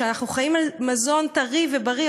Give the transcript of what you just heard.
שאנחנו חיים על מזון טרי ובריא,